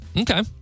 Okay